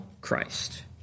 Christ